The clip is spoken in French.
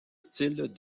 styles